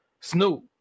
Snoop